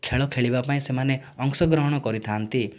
ଖେଳ ଖେଳିବା ପାଇଁ ସେମାନେ ଅଂଶଗ୍ରହଣ କରିଥାନ୍ତି